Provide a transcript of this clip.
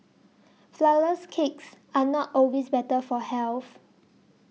Flourless Cakes are not always better for health